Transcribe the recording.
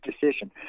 decision